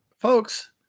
folks